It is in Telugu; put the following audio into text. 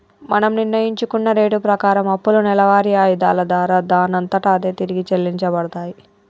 మనం నిర్ణయించుకున్న రేటు ప్రకారం అప్పులు నెలవారి ఆయిధాల దారా దానంతట అదే తిరిగి చెల్లించబడతాయి